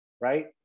Right